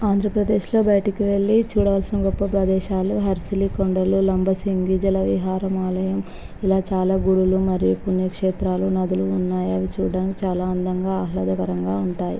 ఆంధ్రప్రదేశ్లో బయటకి వెళ్ళి చూడవల్సిన గొప్ప ప్రదేశాలు హార్సిలీ కొండలు లంబసింగి జలవిహార ఆలయం ఇలా చాలా గుడులు మరియు పుణ్యక్షేత్రాలు నదులు ఉన్నాయి అవి చూడడానికి చాలా అందంగా ఆహ్లాదకరంగా ఉంటాయి